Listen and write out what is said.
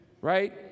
right